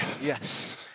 Yes